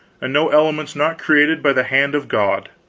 and no elements not created by the hand of god.